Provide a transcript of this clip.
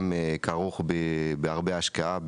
גם כרוך בהרבה השקעה,